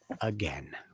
again